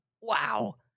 wow